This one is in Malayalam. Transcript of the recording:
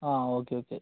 ആ ഓക്കേ ഓക്കേ